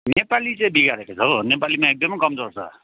नेपाली चाहिँ बिगारेको छ हौ नेपालीमा एकदमै कम्जोड छ